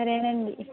సరేనండి